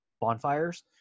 bonfires